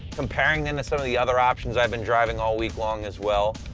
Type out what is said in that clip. comparing them to some of the other options i've been driving all week long as well.